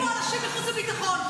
יושבים פה אנשים מהחוץ והביטחון.